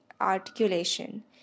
articulation